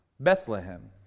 Bethlehem